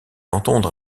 entendre